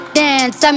dance